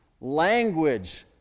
language